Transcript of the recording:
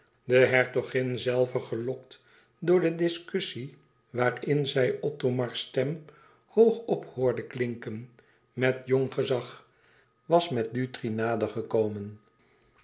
de hertogin zelve gelokt door de discussie waarin zij othomars stem hoog op hoorde klinken met jong gezag was met dutri nader gekomen